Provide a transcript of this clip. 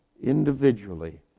individually